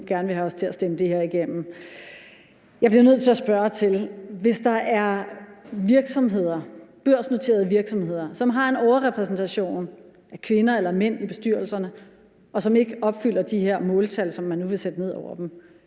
Jeg bliver nødt til at spørge: Hvis der er børsnoterede virksomheder, som har en overrepræsentation af kvinder eller mænd i bestyrelserne, og som ikke opfylder de her måltal, som man nu vil trække ned over dem,